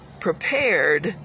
prepared